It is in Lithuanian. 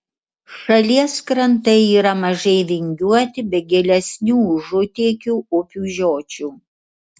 šalies krantai yra mažai vingiuoti be gilesnių užutėkių upių žiočių